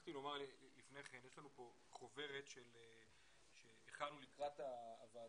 שכחתי לומר לפני כן שיש לנו כאן חוברת שהכנו לקראתה הוועדה.